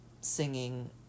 singing